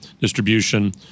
distribution